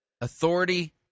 authority